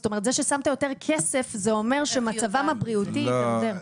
זאת אומרת זה ששמת יותר כסף זה אומר שמצבם הבריאותי הידרדר.